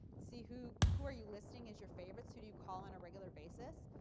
see who who are you listing as your favorites, who do you call on a regular basis.